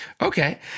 okay